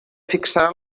fixarà